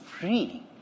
free